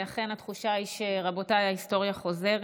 אכן, התחושה היא ש"רבותיי, ההיסטוריה חוזרת".